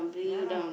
yeah lah